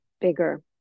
bigger